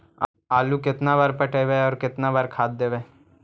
आलू केतना बार पटइबै और केतना बार खाद देबै?